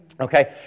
Okay